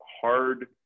hard